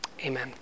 Amen